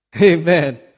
Amen